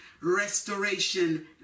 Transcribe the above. restoration